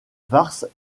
varces